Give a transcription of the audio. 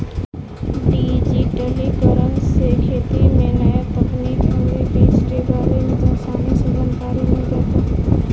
डिजिटलीकरण से खेती में न्या तकनीक अउरी बीज के बारे में आसानी से जानकारी मिल जाता